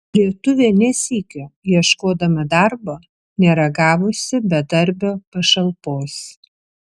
lietuvė ne sykio ieškodama darbo nėra gavusi bedarbio pašalpos